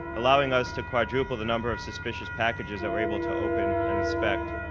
allowing us to quadruple the number of suspicious packages that we're able to open and inspect.